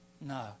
No